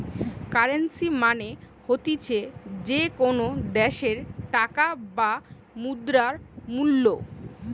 currency মানে হতিছে যে কোনো দ্যাশের টাকার বা মুদ্রার মূল্য